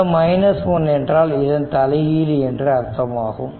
இந்த 1 என்றால் இதன் தலைகீழி என்று அர்த்தமாகும்